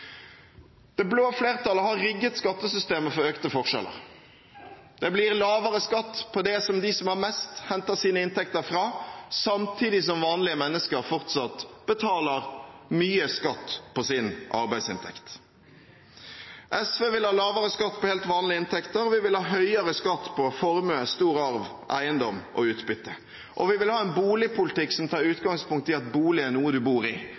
Det blå flertallet har rigget skattesystemet for økte forskjeller. Det blir lavere skatt på det de som har mest, henter sine inntekter fra, samtidig som vanlige mennesker fortsatt betaler mye skatt på sin arbeidsinntekt. SV vil ha lavere skatt på helt vanlige inntekter, og vi vil ha høyere skatt på formue, stor arv, eiendom og utbytte. Vi vil ha en boligpolitikk som tar utgangspunkt i at bolig er noe man bor i,